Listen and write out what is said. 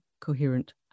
coherent